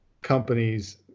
companies